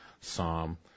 psalm